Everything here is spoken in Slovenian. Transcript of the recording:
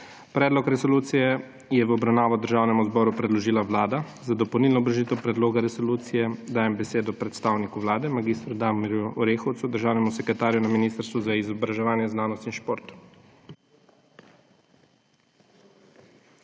Predlog resolucije je v obravnavo Državnemu zboru predložila Vlada. Za dopolnilno obrazložitev predloga resolucije dajem besedo predstavniku Vlade mag. Damirju Orehovcu, državnemu sekretarju na Ministrstvu za izobraževanje, znanost in šport.